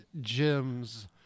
Gems